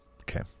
Okay